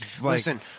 Listen